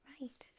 Right